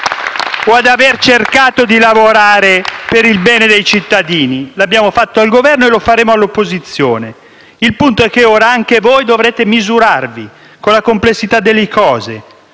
o ad aver cercato di lavorare per il bene dei cittadini. Lo abbiamo fatto quando eravamo al Governo, lo faremo da opposizione. Il punto è che ora anche voi dovrete misurarvi con la complessità delle cose,